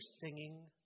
singing